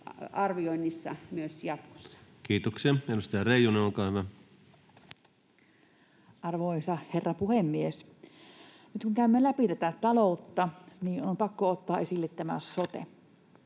arvioinnissa myös jatkossa. Kiitoksia. — Edustaja Reijonen, olkaa hyvä. Arvoisa herra puhemies! Nyt kun käymme läpi taloutta, niin on pakko ottaa esille sote,